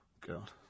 God